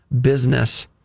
business